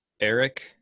eric